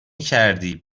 کردی